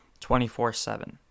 24-7